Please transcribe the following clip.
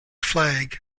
flag